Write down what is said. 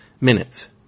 minutes